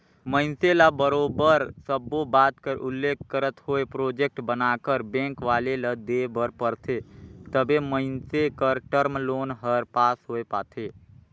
मइनसे ल बरोबर सब्बो बात कर उल्लेख करत होय प्रोजेक्ट बनाकर बेंक वाले ल देय बर परथे तबे मइनसे कर टर्म लोन हर पास होए पाथे